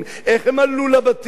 איך הם עלו לבתים,